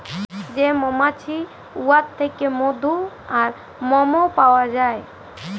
যে মমাছি উয়ার থ্যাইকে মধু আর মমও পাউয়া যায়